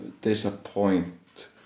disappoint